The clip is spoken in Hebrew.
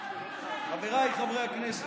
חבריי חברי הכנסת,